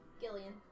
Gillian